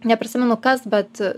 neprisimenu kas bet